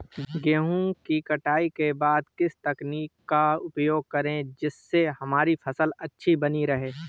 गेहूँ की कटाई के बाद किस तकनीक का उपयोग करें जिससे हमारी फसल अच्छी बनी रहे?